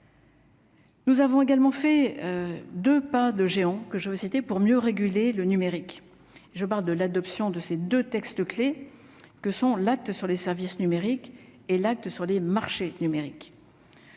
Nous avons également fait de pas de géant que je vais citer pour mieux réguler le numérique, je parle de l'adoption de ces 2 textes clés que sont l'acte sur les services numériques et l'acte sur les marchés numériques.